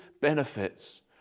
benefits